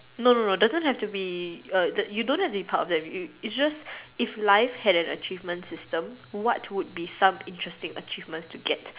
no no no doesn't have to be err you don't have to be part of them you it's just if life had an achievement system what would be some interesting achievments to get